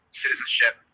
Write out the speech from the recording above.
citizenship